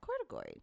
category